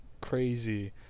crazy